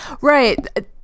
right